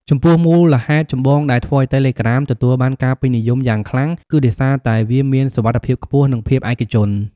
ចំពោះ មូលហេតុចម្បងដែលធ្វើឱ្យតេឡេក្រាមទទួលបានការពេញនិយមយ៉ាងខ្លាំង គឺដោយសារតែវាមាន សុវត្ថិភាពខ្ពស់ និងភាពឯកជន។